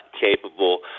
capable